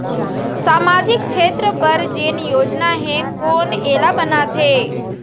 सामाजिक क्षेत्र बर जेन योजना हे कोन एला बनाथे?